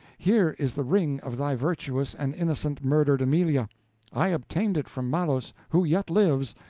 here is the ring of the virtuous and innocent murdered amelia i obtained it from malos, who yet lives,